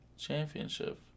Championship